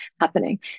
happening